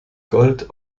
gold